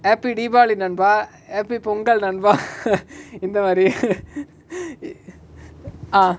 happy deepavali நண்பா:nanba happy pongal நண்பா:nanba இந்தமாரி:inthamari ah